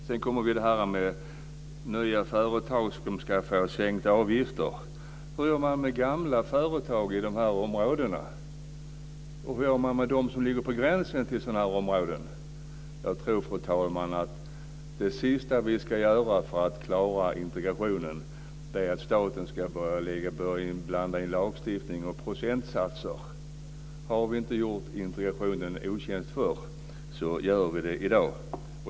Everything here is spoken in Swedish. Sedan kommer uppgiften om att nya företag ska få sänkta avgifter. Hur gör man med gamla företag i de här områdena? Hur gör man med dem som ligger på gränsen till sådana här områden? Jag tror, fru talman, att det sista vi ska göra för att klara integrationen är att låta staten blanda in lagstiftning och procentsatser. Har vi inte gjort integrationen en otjänst förr, så gör vi det då.